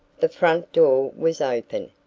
the front door was open,